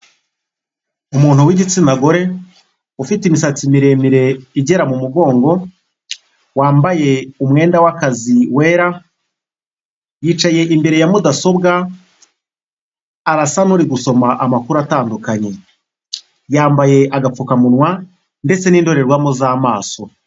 Umuntu w'igitsina gore ufite imisatsi miremire igera mu mugongo wambaye umwenda w'akazi wera, yicaye imbere ya mudasobwa arasa n'uri gusoma amakuru atandukanye, yambaye agapfukamunwa ndetse n'indorerwamo z'amaso.